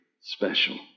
special